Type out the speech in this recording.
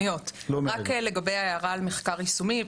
רק לגבי ההערה על מחקר יישומי.